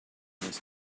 this